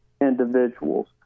individuals